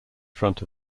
front